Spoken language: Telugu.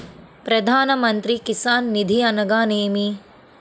ప్రధాన మంత్రి కిసాన్ నిధి అనగా నేమి?